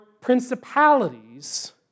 principalities